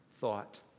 thought